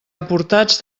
aportats